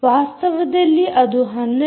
ವಾಸ್ತವದಲ್ಲಿ ಅದು 12